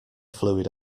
fluid